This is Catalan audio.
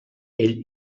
ell